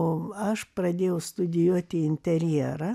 o aš pradėjau studijuoti interjerą